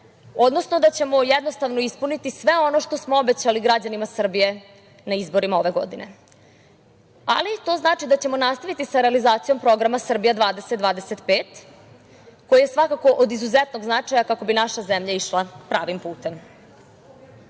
odnosno da ćemo jednostavno ispuniti sve ono što smo obećali građanima Srbije na izborima ove godine. Ali, to znači da ćemo nastaviti sa realizacijom programa „Srbija 2025“ koja je svakako od izuzetnog značaja kako bi naša zemlja išla pravim putem. Ono